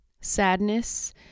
sadness